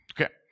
Okay